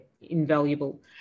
invaluable